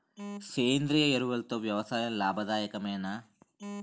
సేంద్రీయ ఎరువులతో వ్యవసాయం లాభదాయకమేనా?